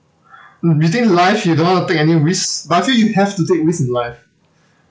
mm within life you don't want to take any risk but I feel you have to take risk in life